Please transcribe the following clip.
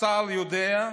אז צה"ל יודע,